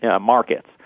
markets